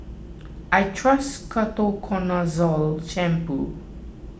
I trust Ketoconazole Shampoo